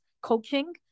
coaching